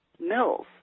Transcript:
mills